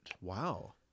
Wow